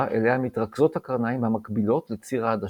אליה מתרכזות קרניים המקבילות לציר העדשה,